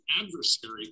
adversary